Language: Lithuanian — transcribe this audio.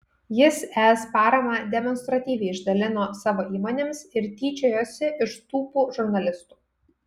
jis es paramą demonstratyviai išdalino savo įmonėms ir tyčiojosi iš tūpų žurnalistų